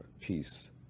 peace